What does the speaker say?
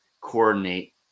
coordinate